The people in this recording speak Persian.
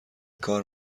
کار